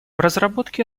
разработке